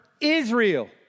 Israel